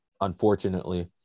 unfortunately